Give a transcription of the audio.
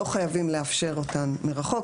לא חייבים לאפשר אותם מרחוק,